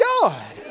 God